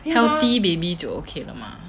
healthy baby 就 okay 了 mah